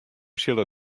sille